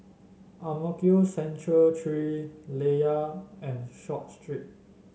Ang Mo Kio Central Three Layar and Short Street